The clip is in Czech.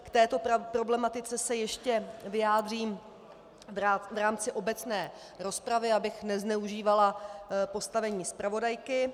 K této problematice se ještě vyjádřím v rámci obecné rozpravy, abych nezneužívala postavení zpravodajky.